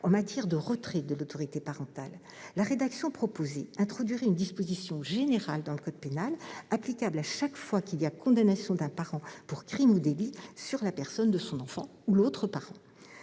en matière de retrait de l'autorité parentale. La rédaction proposée introduirait une disposition générale dans le code pénal, applicable à chaque fois qu'il y a condamnation d'un parent pour crime ou délit sur la personne de son enfant ou l'autre parent.